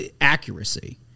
accuracy